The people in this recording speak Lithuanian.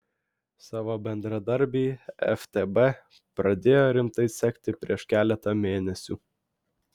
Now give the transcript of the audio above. savo bendradarbį ftb pradėjo rimtai sekti prieš keletą mėnesių